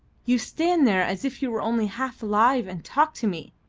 you stand there as if you were only half alive, and talk to me,